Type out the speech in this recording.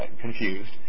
confused